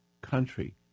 country